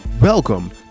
Welcome